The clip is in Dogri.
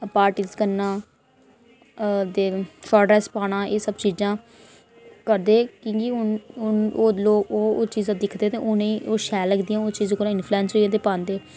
पॉर्टीस करना ते शार्ट ड्रैस पाना एह् सब चीज़ां करदे क्योंकि हून हून ओह् लोक ओह् चीजां दिखदे ते उ'नें गी ओह् शैल लगदियां ओह् चीज़ें कोला इंफ्लूएंस होई जंदे पांदे